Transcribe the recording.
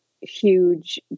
huge